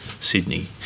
Sydney